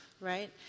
right